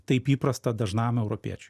taip įprasta dažnam europiečiui